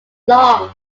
long